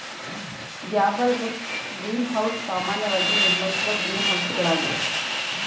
gable roofed green house ಸಾಮಾನ್ಯವಾಗಿ ನಿರ್ಮಿಸುವ ಗ್ರೀನ್ಹೌಸಗಳಾಗಿವೆ